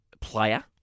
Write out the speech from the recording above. player